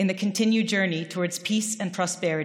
במסע מתמשך לעבר שלום ושגשוג,